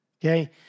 Okay